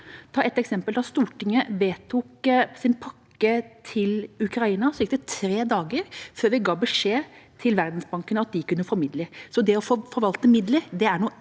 ta et eksempel: Da Stortinget vedtok sin pakke til Ukraina, gikk det tre dager før vi ga beskjed til Verdensbanken om at de kunne få midler. Så det å forvalte midler er nå